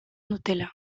dutela